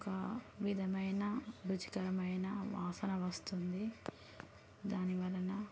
ఒక విధమైన రుచికరమైన వాసన వస్తుంది దానివలన